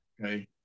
Okay